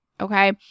okay